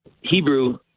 Hebrew